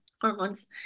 Hormones